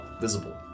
visible